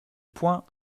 points